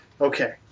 Okay